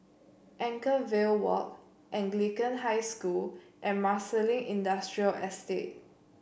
Anchorvale Walk Anglican High School and Marsiling Industrial Estate